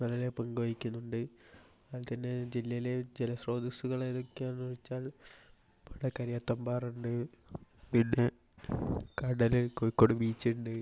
വളരെ പങ്കുവഹിക്കുന്നുണ്ട് ജില്ലയിലെ ജലസ്രോതസുകൾ ഏതൊക്കെയാന്ന് വച്ചാൽ പുഴക്കര തമ്പാറുണ്ട് പിന്നെ കടല് കോഴിക്കോട് ബീച്ചുണ്ട്